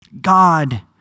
God